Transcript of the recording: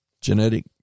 Genetic